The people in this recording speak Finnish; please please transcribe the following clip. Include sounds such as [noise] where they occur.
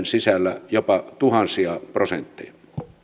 [unintelligible] sisällä jopa tuhansia prosentteja